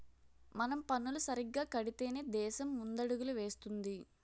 మనం పన్నులు సరిగ్గా కడితేనే దేశం ముందడుగులు వేస్తుంది